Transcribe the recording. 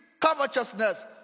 covetousness